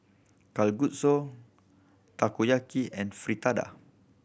Kalguksu Takoyaki and Fritada